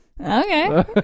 Okay